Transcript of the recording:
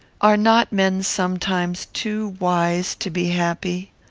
are not men sometimes too wise to be happy?